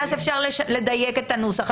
ואפשר יהיה לדייק את הנוסח.